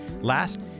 last